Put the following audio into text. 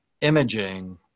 imaging